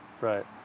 Right